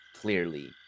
clearly